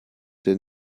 denn